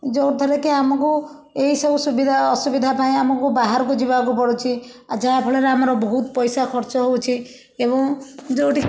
ଯେଉଁଥିରେ କି ଆମକୁ ଏଇ ସବୁ ସୁବିଧା ଅସୁବିଧା ପାଇଁ ଆମୁକୁ ବାହାରକୁ ଯିବାକୁ ପଡ଼ୁଛି ଆ ଯାହାଫଳରେ ଆମର ବହୁତ ପଇସା ଖର୍ଚ୍ଚ ହେଉଛି ଏବଂ ଯେଉଁଠିକି